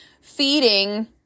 feeding